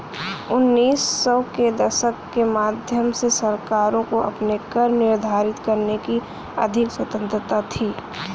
उन्नीस सौ के दशक के मध्य से सरकारों को अपने कर निर्धारित करने की अधिक स्वतंत्रता थी